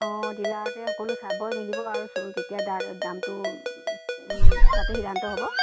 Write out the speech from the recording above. অ' ডিলাৰতে সকলো চাব মেলিব আৰু তেতিয়া দাম দামটো তাতে সিদ্ধান্ত হ'ব